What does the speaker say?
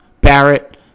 Barrett